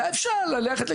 היה אפשר ללכת,